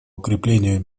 укреплению